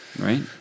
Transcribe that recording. right